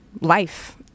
life